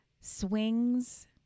swings